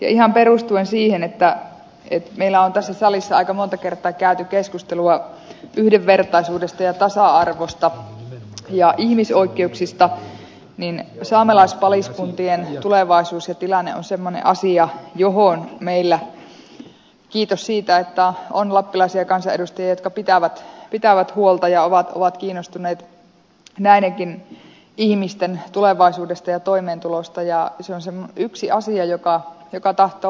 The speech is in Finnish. ihan perustuen siihen että meillä on tässä salissa aika monta kertaa käyty keskustelua yhdenvertaisuudesta ja tasa arvosta ja ihmisoikeuksista niin saamelaispaliskuntien tulevaisuus ja tilanne on semmoinen asia johon meillä kiitos siitä että on lappilaisia kansanedustajia jotka pitävät huolta ja ovat kiinnostuneet näidenkin ihmisten tulevaisuudesta ja toimeentulosta ja isänsä yksi asia joka joka tahtoo unohtua